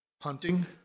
hunting